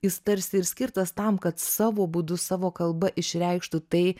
jis tarsi ir skirtas tam kad savo būdu savo kalba išreikštų tai